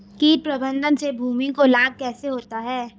कीट प्रबंधन से भूमि को लाभ कैसे होता है?